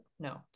no